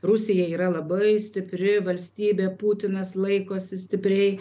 rusija yra labai stipri valstybė putinas laikosi stipriai